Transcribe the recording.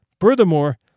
Furthermore